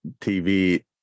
TV